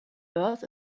earth